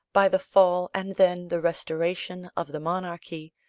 by the fall, and then the restoration, of the monarchy,